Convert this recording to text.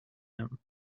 him